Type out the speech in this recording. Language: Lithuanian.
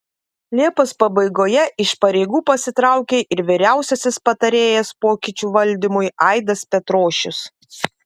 liepos pabaigoje iš pareigų pasitraukė ir vyriausiasis patarėjas pokyčių valdymui aidas petrošius